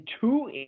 two